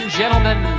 gentlemen